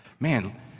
Man